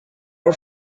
our